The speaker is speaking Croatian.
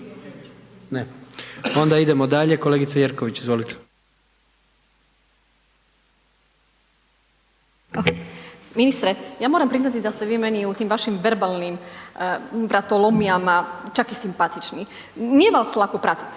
Ne? Onda idemo dalje, kolegice Jerković izvolite. **Jerković, Romana (SDP)** Ministre, ja moram priznati da ste vi meni u tim vašim verbalnim vratolomijama čak i simpatični. Nije vas lako pratit